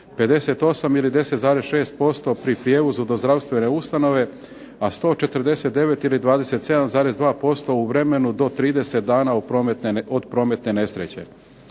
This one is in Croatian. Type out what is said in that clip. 58 ili 10,6% pri prijevozu do zdravstvene ustanove, a 149 ili 27,2% u vremenu do 30 dana od prometne nesreće.